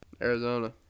Arizona